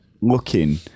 looking